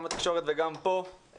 גם בתקשורת וגם פה,